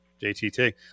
JTT